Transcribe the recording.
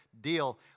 deal